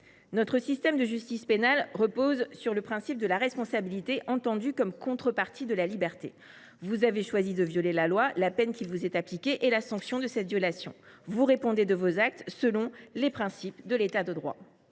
[Notre] système de justice pénale […] repose sur le principe de la responsabilité entendue comme la contrepartie de la liberté. Vous avez choisi de violer la loi, la peine qui vous est appliquée est la sanction de cette violation. Vous répondez de vos actes selon les principes de l’État de droit.